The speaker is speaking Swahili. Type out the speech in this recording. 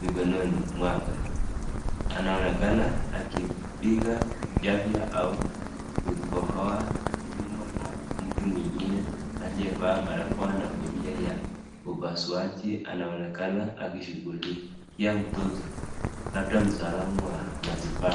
mikononi mwake. Anaonekana akipiga chafya au kukohoa. Nyuma yao, mtu mwingine aliyevaa barakoa na kofia ya upasuaji anaonekana akishughulikia mtoto. Labda mtaalamu wa matibabu.